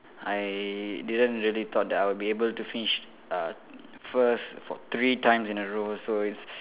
I didn't really thought that I would be able to finish uh first three times in a row so it's